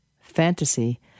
fantasy